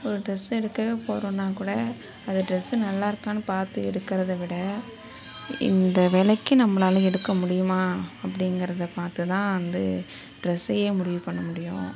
ஒரு டிரெஸ் எடுக்கவே போறோம்னால் கூட அந்த டிரெஸ் நல்லா இருக்கானு பார்த்து எடுக்கிறத விட இந்த வேலைக்கு நம்மளால எடுக்க முடியுமா அப்படிங்கிறத பார்த்து தான் வந்து டிரெஸ்ஸையே முடிவு பண்ண முடியும்